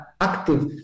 active